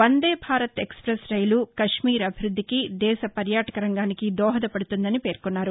Vande Bharat express రైలు కశ్మీర్ అభివృద్దికి దేశ పర్యాటక రంగానికి దోహద పడుతుందని పేర్కొన్నారు